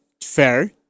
fair